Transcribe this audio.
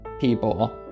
people